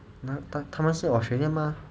他他他是 australian 吗